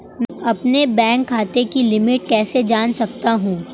अपने बैंक खाते की लिमिट कैसे जान सकता हूं?